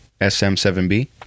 SM7B